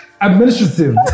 Administrative